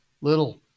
little